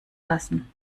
lassen